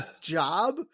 job